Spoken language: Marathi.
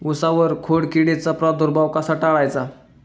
उसावर खोडकिडीचा प्रादुर्भाव कसा टाळायचा?